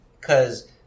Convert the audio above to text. cause